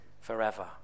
forever